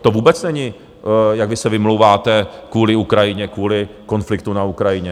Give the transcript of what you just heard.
to vůbec není, jak vy se vymlouváte kvůli Ukrajině, kvůli konfliktu na Ukrajině.